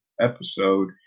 episode